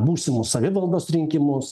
būsimus savivaldos rinkimus